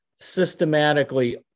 systematically